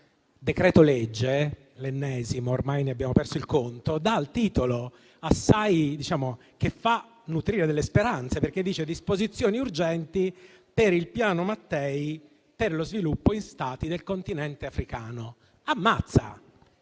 decreto-legge, l'ennesimo - ormai ne abbiamo perso il conto - il cui titolo fa nutrire delle speranze, perché dice «disposizioni urgenti per il "Piano Mattei" per lo sviluppo in Stati del Continente africano». Ammazza!